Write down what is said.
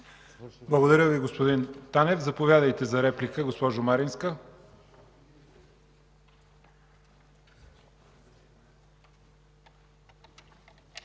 Благодаря Ви, господин Танев. Заповядайте за реплика, госпожо Маринска.